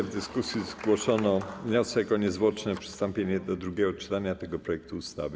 W dyskusji zgłoszono wniosek o niezwłoczne przystąpienie do drugiego czytania tego projektu ustawy.